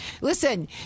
Listen